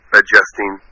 adjusting